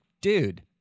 dude